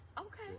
okay